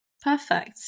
Perfect